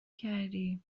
کردی